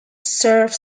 serves